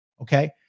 okay